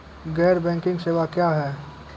गैर बैंकिंग सेवा क्या हैं?